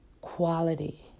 quality